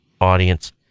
audience